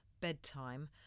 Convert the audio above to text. bedtime